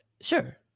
sure